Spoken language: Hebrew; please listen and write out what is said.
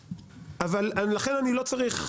לכן אני לא צריך,